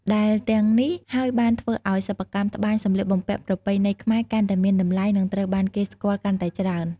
ដែលទាំងនេះហើយបានធ្វើឲ្យសិប្បកម្មត្បាញសម្លៀកបំពាក់ប្រពៃណីខ្មែរកាន់តែមានតម្លៃ និងត្រូវបានគេស្គាល់កាន់តែច្រើន។